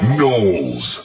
Knowles